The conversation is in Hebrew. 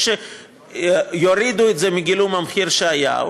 או שיורידו את זה מגילום המחיר שהיה,